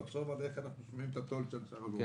נחשוב על איך אנחנו בונים את התו"ל של -- כן,